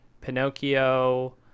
Pinocchio